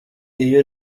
iyo